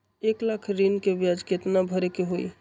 एक लाख ऋन के ब्याज केतना भरे के होई?